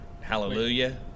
Hallelujah